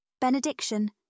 Benediction